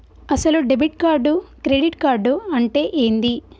అసలు debit card credit card అంటే ఏంది?